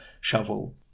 shovel